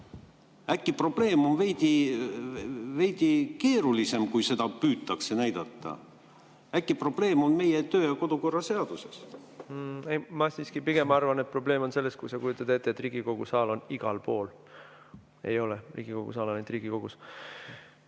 Äkki probleem on veidi keerulisem, kui seda püütakse näidata? Äkki probleem on meie kodu- ja töökorra seaduses? Ma siiski pigem arvan, et probleem on selles, kui sa kujutad ette, et Riigikogu saal on igal pool. Ei ole. Riigikogu saal on ainult Riigikogus.